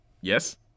yes